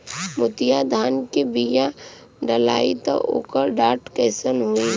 मोतिया धान क बिया डलाईत ओकर डाठ कइसन होइ?